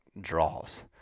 draws